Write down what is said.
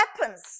weapons